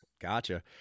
Gotcha